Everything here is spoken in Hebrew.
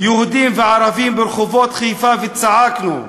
יהודים וערבים ברחובות חיפה וצעקנו: